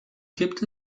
gibt